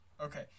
Okay